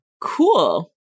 Cool